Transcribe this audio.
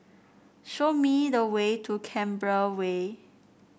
show me the way to Canberra Way